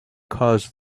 caused